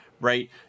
right